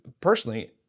personally